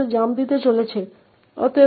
এবং তারপর আমাদের আছে 6n